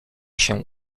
się